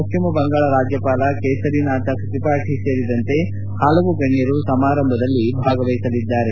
ಪಶ್ಚಿಮ ಬಂಗಾಳ ರಾಜ್ಯಪಾಲ ಕೇಸರಿನಾಥ್ ತ್ರಿಪಾಠಿ ಸೇರಿದಂತೆ ಹಲವು ಗಣ್ಯರು ಸಮಾರಂಭದ ಭಾಗವಹಿಸಲಿದ್ದಾರೆ